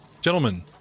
gentlemen